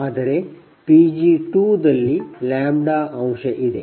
ಆದರೆPg2ನಲ್ಲಿ λ ಅಂಶ ಇದೆ